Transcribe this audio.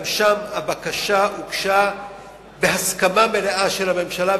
גם שם הבקשה הוגשה בהסכמה מלאה של הממשלה,